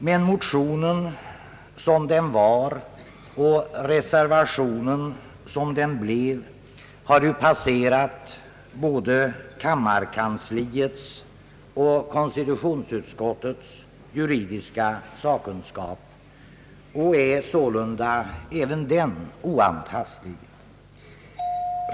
Men motionen, som den var, och reservationen, som den blev, har passerat både kammarkansliets och konstitutionsutskottets juridiska sakkunskap och är sålunda även de oantastliga.